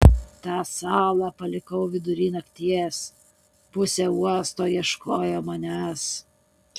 tą salą palikau vidury nakties pusė uosto ieškojo manęs